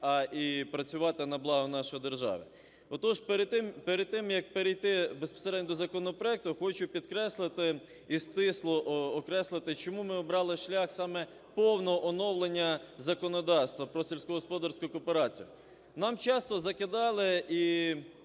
а і працювати на благо нашої держави. Отож, перед тим, перед тим як перейти безпосередньо до законопроекту, хочу підкреслити і стисло окреслити, чому ми обрали шлях саме повного оновлення законодавства про сільськогосподарську кооперацію. Нам часто закидали,